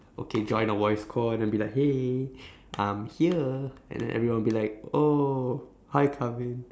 okay join a voice call and then I'll like hey I'm here and then everyone will be like oh hi